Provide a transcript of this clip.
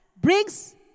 brings